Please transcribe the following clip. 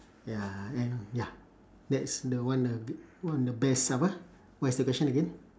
ya and ya that's the one of b~ one of the best stuff ah what is the question again